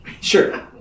Sure